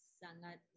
sangat